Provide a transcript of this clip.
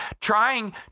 trying